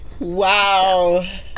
Wow